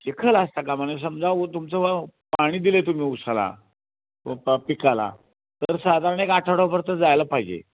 चिखल असता कामा नये समजा उ तुमचं पाणी दिलं आहे तुम्ही उसाला व प पिकाला तर साधारण एक आठवडाभर तर जायला पाहिजे